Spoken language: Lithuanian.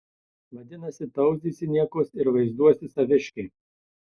vadinasi tauzysi niekus ir vaizduosi saviškį